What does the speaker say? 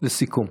לסיכום.